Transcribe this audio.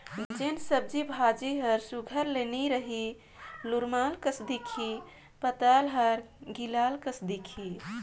जेन सब्जी भाजी हर सुग्घर ले नी रही लोरमाल कस दिखही पताल हर गिलाल कस दिखही